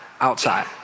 outside